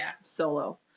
solo